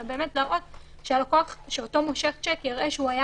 אלא באמת שאותו מושך שיק יראה שהוא היה